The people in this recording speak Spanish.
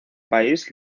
país